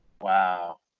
Wow